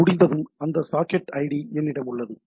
அது முடிந்ததும் அந்த சாக்கெட் ஐடி என்னிடம் உள்ளது